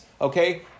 Okay